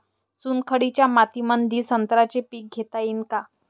चुनखडीच्या मातीमंदी संत्र्याचे पीक घेता येईन का?